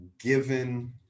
given